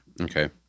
Okay